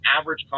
average